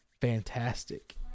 fantastic